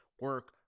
Work